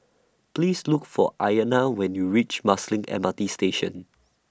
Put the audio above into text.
Please Look For Ayanna when YOU REACH Marsiling M R T Station